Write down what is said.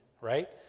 right